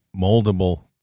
moldable